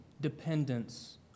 dependence